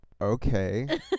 okay